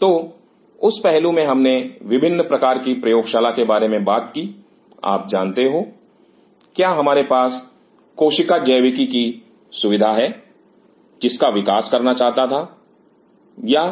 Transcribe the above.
तो उस पहलू में हमने विभिन्न प्रकार की प्रयोगशाला के बारे में बात की आप जानते हो क्या हमारे पास कोशिका जैविकी की सुविधा है जिसका विकास करना चाहता था या